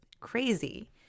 crazy